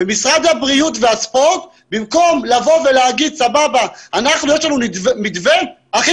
אם משרד הבריאות ומשרד הספורט יגידו שיש להם מתווה הכי